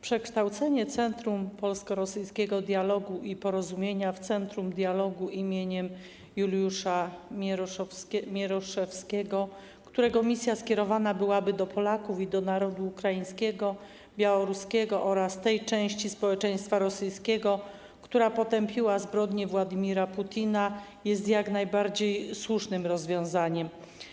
Przekształcenie Centrum Polsko-Rosyjskiego Dialogu i Porozumienia w Centrum Dialogu im. Juliusza Mieroszewskiego, którego misja skierowana byłaby do Polaków i do narodu ukraińskiego, białoruskiego oraz tej części społeczeństwa rosyjskiego, która potępiła zbrodnie Władimira Putina, jest jak najbardziej słusznym rozwiązaniem.